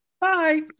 bye